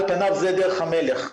על פניו זו דרך המלך.